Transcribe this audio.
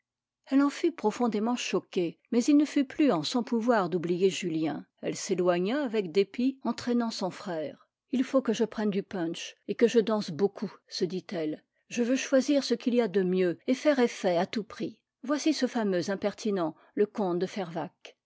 elle en fut profondément choquée mais il ne fut plus en son pouvoir d'oublier julien elle s'éloigna avec dépit entraînant son frère il faut que je prenne du punch et que je danse beaucoup se dit-elle je veux choisir ce qu'il y a de mieux et faire effet à tout prix bon voici ce fameux impertinent le comte de fervaques